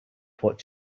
what